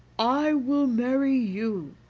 i will marry you,